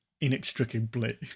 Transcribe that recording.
inextricably